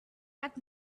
that